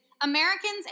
Americans